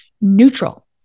neutral